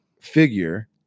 figure